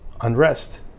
unrest